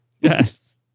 Yes